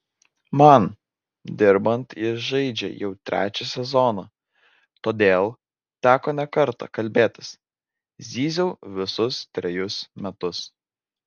man dirbant jis žaidžia jau trečią sezoną todėl teko ne kartą kalbėtis zyziau visus trejus metus